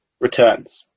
returns